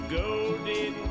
golden